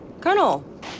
Colonel